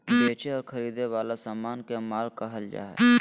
बेचे और खरीदे वला समान के माल कहल जा हइ